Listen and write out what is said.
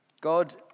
God